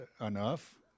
enough